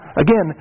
again